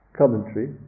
commentary